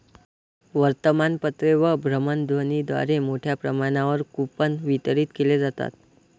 वर्तमानपत्रे व भ्रमणध्वनीद्वारे मोठ्या प्रमाणावर कूपन वितरित केले जातात